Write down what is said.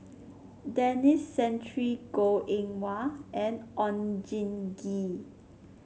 Denis Santry Goh Eng Wah and Oon Jin Gee